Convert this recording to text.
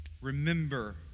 Remember